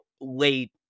late